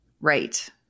Right